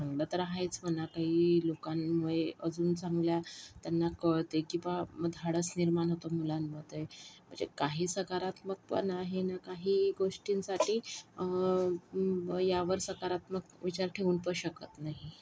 चांगलं तर आहेच म्हणा काही लोकांमुळे अजून चांगल्या त्यांना कळते की बा धाडस निर्माण होतं मुलांमध्ये म्हणजे काही सकारात्मक पण आहे आणि काही गोष्टींसाठी यावर सकारात्मक विचार ठेऊ पण शकत नाही